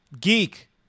Geek